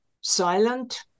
silent